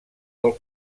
del